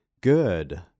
Good